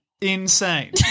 insane